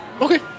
Okay